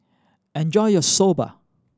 enjoy your Soba